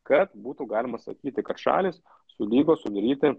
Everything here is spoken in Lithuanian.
kad būtų galima sakyti kad šalys sulygo sudaryti